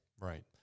Right